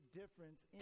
difference